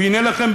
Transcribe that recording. והנה לכם,